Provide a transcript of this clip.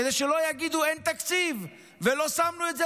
כדי שלא יגידו: אין תקציב ולא שמנו את זה